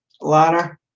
Lana